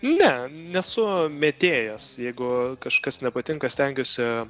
ne nesu metėjas jeigu kažkas nepatinka stengiuosi